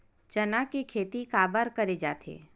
चना के खेती काबर करे जाथे?